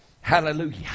Hallelujah